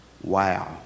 Wow